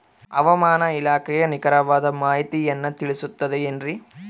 ಹವಮಾನ ಇಲಾಖೆಯ ನಿಖರವಾದ ಮಾಹಿತಿಯನ್ನ ತಿಳಿಸುತ್ತದೆ ಎನ್ರಿ?